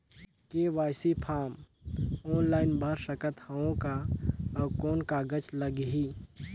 KYC form online भर सकत हवं का? अउ कौन कागज लगही?